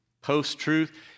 Post-truth